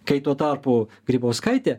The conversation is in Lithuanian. kai tuo tarpu grybauskaitė